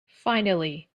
finally